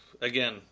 again